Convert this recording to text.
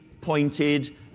pointed